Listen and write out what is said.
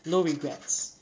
no regrets